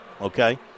okay